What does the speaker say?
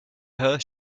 her